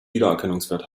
wiedererkennungswert